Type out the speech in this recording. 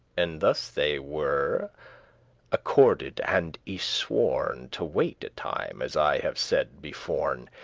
and thus they were accorded and y-sworn to wait a time, as i have said beforn.